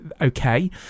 okay